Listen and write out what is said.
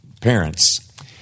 parents